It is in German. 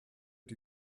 die